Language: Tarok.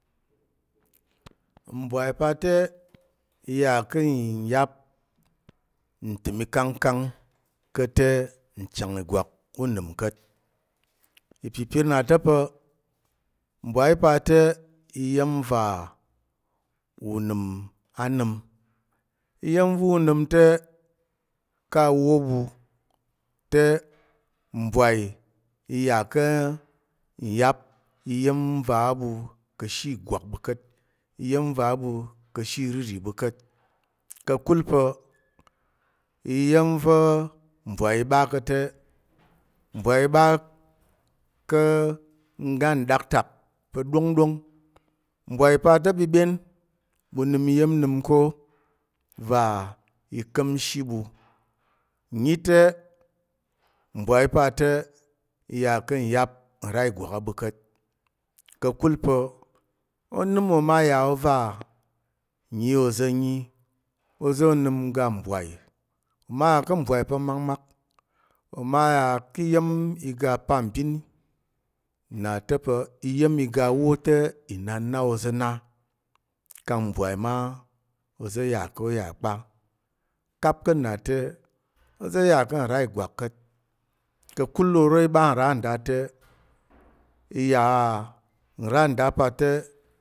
Mbwai pa te i yà ka̱ nyap ntəm ikangkang ka̱t te, nchang ìgwak ûnəm ka̱t. Ipipir na ta̱ pa̱ mbwai pa te iya̱m va u nəm ka awo ɓu, te mbwai yà ka̱ nyap iya̱m va̱ a ɓu ka̱she ìgwak ɓu ka̱t iya̱m va̱ a ɓu ka̱she iriri ɓu ka̱t. Ka̱kul pa̱ iya̱m va̱ mbwai i ɓa ko te, mbwai i ɓa ka̱ oga nɗaktak pa̱ ɗongɗong. Mbwai pa te ɓiɓyen, ɓu nəm iya̱m nəm ko va i ka̱mshi ɓu. Ǹnyi te, mbwai pa te i yà ka̱ nyap nra ìgwak a ɓu ka̱t, ka̱kul pa̱ onəm oma yà ova n nyi oza̱ nyi oza̱ onəm ga mbwai oma yà ka̱ mbwai pa̱ makmak. Oma yà ki iya̱m iga pambin nna ta̱ pa̱ iya̱m iga awo te inan na oza̱ na kang mbwai ma oza̱ yà ko yà kpa. Kap ka̱ nna te, oza̱ yà ka̱ nra ìgwak ka̱t. Ka̱kul oro i ɓa nra nda te, i ya nra nda pa te,